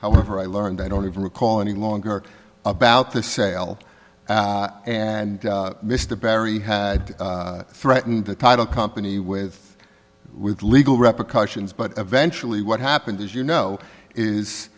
however i learned i don't even recall any longer about the sale and mr barry had threatened the title company with with legal replications but eventually what happened is you know is